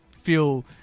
feel